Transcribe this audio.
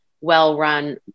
well-run